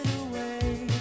away